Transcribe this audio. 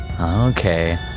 Okay